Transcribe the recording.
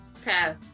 Okay